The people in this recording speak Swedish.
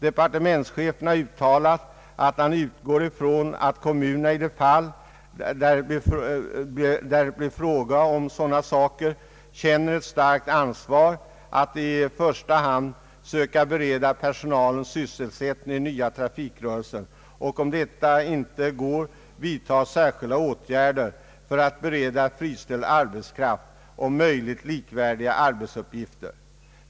Departementschefen har uttalat att han utgår ifrån att kommunerna i de fall där dessa frågor blir aktuella känner ett starkt ansvar att i första hand söka bereda personalen sysselsättning i den nya trafikrörelsen och om detta inte går försöker vidta särskilda åtgärder för att bereda friställd arbetskraft om möjligt likvärdiga arbetsuppgifter.